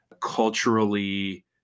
culturally